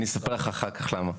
אני אספר לך אחר כך למה.